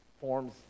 forms